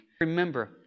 Remember